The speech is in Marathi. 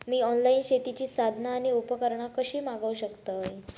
मी ऑनलाईन शेतीची साधना आणि उपकरणा कशी मागव शकतय?